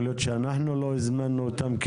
יכול להיות שאנחנו כוועדה לא הזמנו אותם.